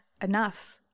enough